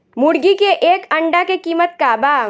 मुर्गी के एक अंडा के कीमत का बा?